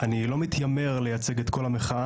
אני לא מתיימר לייצג את כל המחאה,